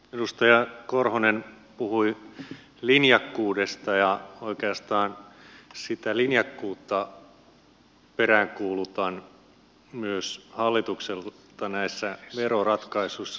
edustaja korhonen puhui linjakkuudesta ja oikeastaan sitä linjakkuutta peräänkuulutan myös hallitukselta näissä veroratkaisuissa